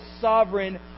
sovereign